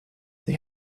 they